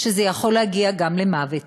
שזה יכול להגיע גם למוות,